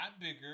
bigger